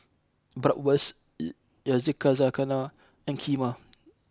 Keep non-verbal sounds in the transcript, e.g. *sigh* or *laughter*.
Bratwurst *hesitation* Yakizakana and Kheema